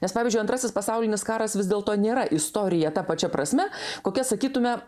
nes pavyzdžiui antrasis pasaulinis karas vis dėlto nėra istorija ta pačia prasme kokia sakytume